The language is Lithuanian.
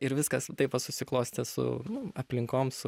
ir viskas taip va susiklostė su nu aplinkom su